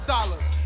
Dollars